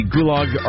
Gulag